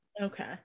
Okay